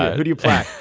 who do you plan?